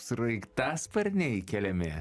sraigtasparniai keliami